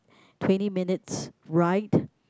twenty minutes ride